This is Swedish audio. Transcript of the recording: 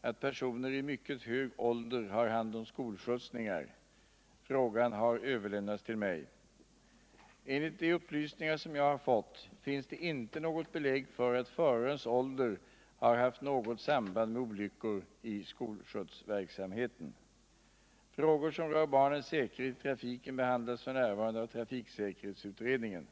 att personer i mycket hög ålder har hand om skolskjutsningar. Frågan har överlämnats till mig. Enligt de upplysningar som jag har fått finns det inte något belägg för att förarens ålder har haft något samband med olyckor i skolskjutsverksamheten. Frågor som rör barnens säkerhet i trafiken behandlas f. n. av trafiksäkerhetsutredningen.